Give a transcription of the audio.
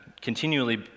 continually